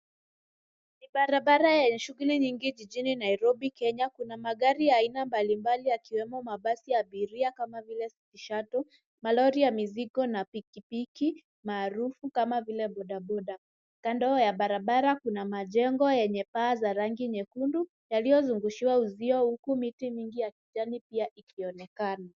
Ni barabara yenye shughuli nyingi jijini Nairobi Kenya. Kuna magari ya aina mbalimbali yakiwemo mabasi ya abiria kama vile City Shuttle, malori ya mizigo na pikipiki, maarufu kama vile bodaboda. Kando ya barabara kuna majengo yenye paa za rangi nyekundu yaliyozungushiwa uzio huku miti ya kijani pia ikionekana.